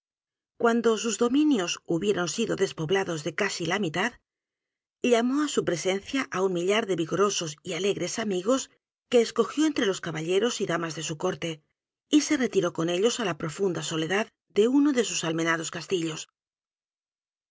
cuando sus dominios hubieron sido despoblados de casi la mitad llamó á su presencia á un millar de vigorosos y alegres amigos que escogió entre los caballeros y damas de su corte y s e retiró con ellos á la profunda soledad de uno de sus almenados castillos